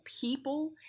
people